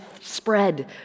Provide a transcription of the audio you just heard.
spread